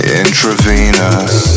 intravenous